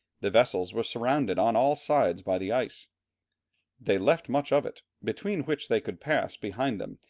the vessels were surrounded on all sides by the ice they left much of it, between which they could pass, behind them,